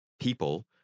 people